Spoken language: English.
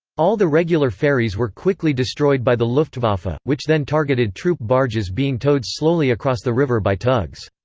all the regular ferries were quickly destroyed by the luftwaffe, ah which then targeted troop barges being towed slowly across the river by tugs.